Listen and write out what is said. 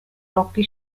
rocky